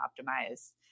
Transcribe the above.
optimize